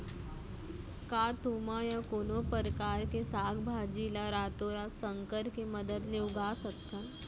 का तुमा या कोनो परकार के साग भाजी ला रातोरात संकर के मदद ले उगा सकथन?